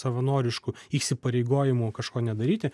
savanoriškų įsipareigojimų kažko nedaryti